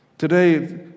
Today